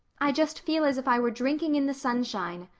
i just feel as if i were drinking in the sunshine.